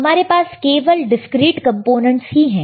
हमारे पास केवल डिस्क्रीट कंपोनेंटस ही है